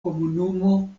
komunumo